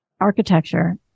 architecture